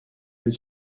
that